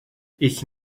ich